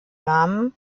namen